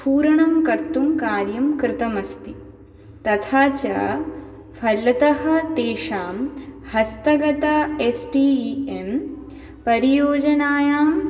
स्फुरणं कर्तुं कार्यं कृतमस्ति तथा च फलतः तेषां हस्तगत टि ई ए एम् परियोजनायाम्